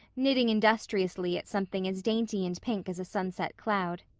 knitting industriously at something as dainty and pink as a sunset cloud.